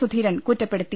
സുധീരൻ കുറ്റപ്പെടുത്തി